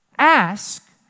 Ask